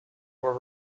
were